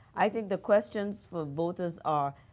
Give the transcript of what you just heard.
i think the questions for voters are,